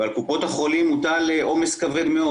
ועל קופות החולים מוטל עומס כבד מאוד.